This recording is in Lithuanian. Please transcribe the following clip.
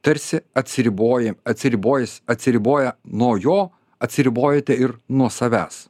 tarsi atsiriboję atsiribojus atsiriboję nuo jo atsiribojate ir nuo savęs